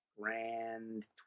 grand